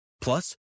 Plus